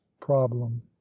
problem